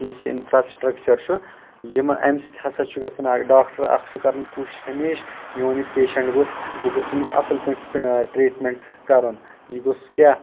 یُس یہِ انفراسٹرکچر چھُ یِم اَمہِ سۭتۍ ہسا چھُ گژھان ڈاکٹر اکھ چھُ کران کوٗشش ہمیشہٕ میون یہِ پیٚشنٛٹ گوٚژھ بہٕ گوٚسُس أمِس اَصٕل پٲٹھۍ ٹریٖٹمیٚنٛٹ کَرُن یہِ گوژھ کیٚاہ یہِ گوژھ